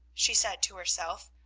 she said to herself.